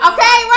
Okay